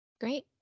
Great